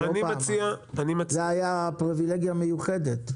זאת היתה פריבילגיה מיוחדת.